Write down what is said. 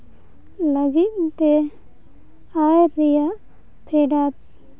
ᱞᱟᱹᱜᱤᱫ ᱛᱮ ᱟᱨ ᱨᱮᱭᱟᱜ ᱯᱷᱮᱰᱟᱛ